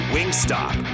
Wingstop